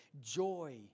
joy